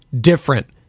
different